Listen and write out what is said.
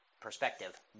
perspective